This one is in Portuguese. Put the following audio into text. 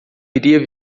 iria